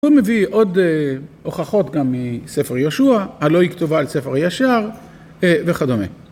‫הוא מביא עוד הוכחות גם מספר יהושע, ‫הלא היא כתובה על ספר הישר, וכדומה.